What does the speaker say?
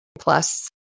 plus